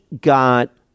got